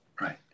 right